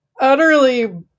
utterly